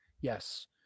Yes